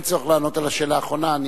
אין צורך לענות על השאלה האחרונה.